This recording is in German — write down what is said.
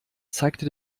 zeigte